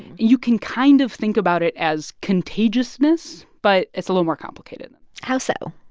you can kind of think about it as contagiousness. but it's a little more complicated how so?